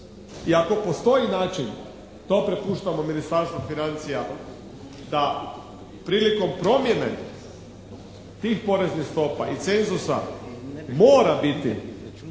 I ako postoji način, to prepuštamo Ministarstvu financija da prilikom promjene tih poreznih stopa i cenzusa mora biti,